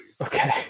Okay